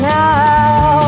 now